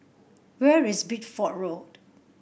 where is Bideford Road